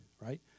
right